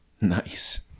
Nice